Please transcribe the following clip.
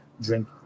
drink